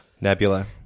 Nebula